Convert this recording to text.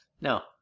no